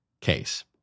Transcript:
case